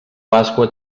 pasqua